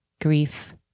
grief